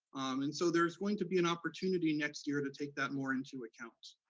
and so there's going to be an opportunity next year to take that more into account.